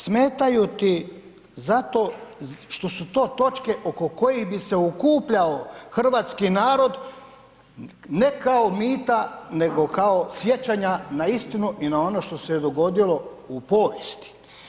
Smetaju ti zato što su to točke oko kojih bi se okupljao hrvatski narod ne kao mita nego kao sjećanja na istinu i na ono što se je dogodilo u povijesti.